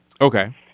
Okay